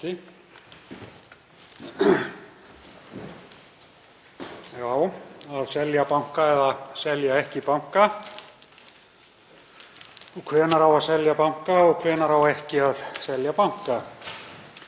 Að selja banka eða selja ekki banka. Hvenær á að selja banka og hvenær á ekki að selja banka?